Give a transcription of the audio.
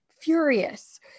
furious